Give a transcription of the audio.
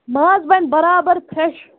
ماز بَنہِ برابر فرٛٮ۪ش